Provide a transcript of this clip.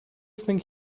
think